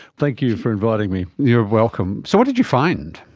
thank you for inviting me. you're welcome. so what did you find?